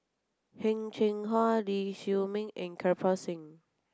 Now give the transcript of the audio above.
Heng Cheng Hwa Lee Chiaw Meng and Kirpal Singh